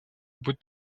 будь